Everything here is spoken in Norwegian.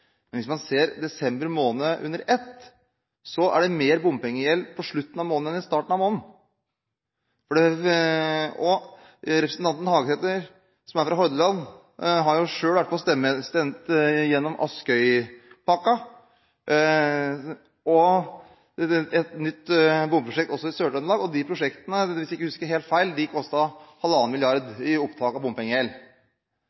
Men hvis man ser desember måned under ett, er det mer bompengegjeld på slutten enn i starten av måneden. Representanten Hagesæter, som er fra Hordaland, har selv vært med på å stemme igjennom Askøypakken og et nytt bompengeprosjekt i Sør-Trøndelag. De prosjektene – hvis jeg ikke husker helt feil